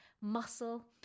muscle